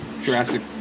Jurassic